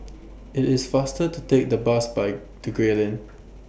IT IS faster to Take The Bus By to Gray Lane